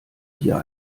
hier